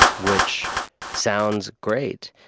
which sounds great,